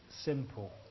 simple